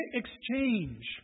exchange